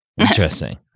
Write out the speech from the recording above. Interesting